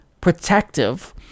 protective